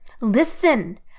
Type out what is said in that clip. listen